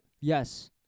Yes